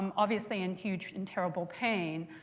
um obviously in huge and terrible pain.